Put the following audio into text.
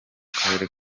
karere